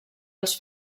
els